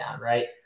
right